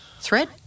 threat